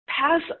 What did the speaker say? Pass